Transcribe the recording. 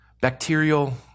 bacterial